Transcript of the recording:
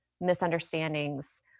misunderstandings